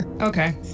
Okay